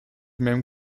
même